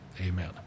Amen